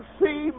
see